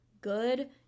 good